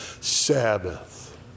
Sabbath